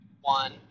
one